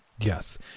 Yes